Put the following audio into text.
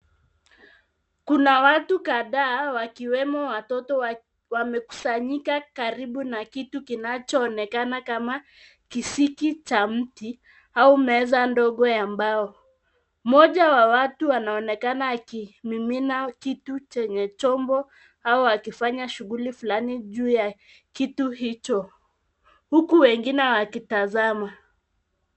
Kuna watu kadhaa wakiwemo watoto wamekusanyika karibu na kitu kinachoonekana kama kisiki cha mti au meza ndogo ya mbao. Moja wa watu anaonekana akimimina kitu chenye chombo au akifanya shughuli fulani juu ya kitu hicho, huku wengine wakitazama.